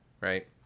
Right